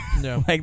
No